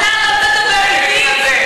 אפס מאופס.